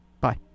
Bye